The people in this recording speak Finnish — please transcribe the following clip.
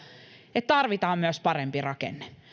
että tarvitaan myös parempi rakenne